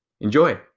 Enjoy